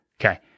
Okay